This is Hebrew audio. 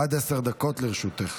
עד עשר דקות לרשותך.